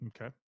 Okay